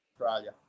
Australia